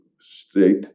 state